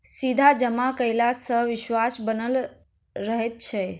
सीधा जमा कयला सॅ विश्वास बनल रहैत छै